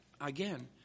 Again